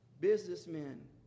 Businessmen